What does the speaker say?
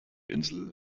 insel